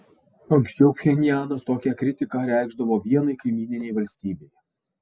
anksčiau pchenjanas tokią kritiką reikšdavo vienai kaimyninei valstybei